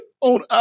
on